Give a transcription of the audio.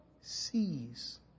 sees